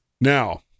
Now